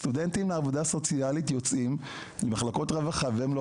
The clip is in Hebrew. סטודנטים לעבודה סוציאלית יוצאים ממחלקות רווחה והם לא